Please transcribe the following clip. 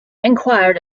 enquired